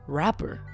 rapper